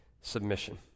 submission